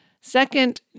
Second